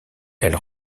elle